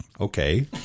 Okay